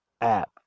app